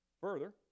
Further